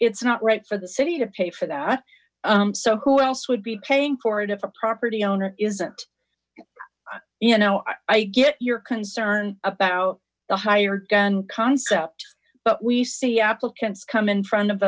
it's not right for the city to pay for that so who else would be paying for it if a property owner isn't you know i get your concern about the hired gun concept but we see applicants come in front of